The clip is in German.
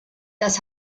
das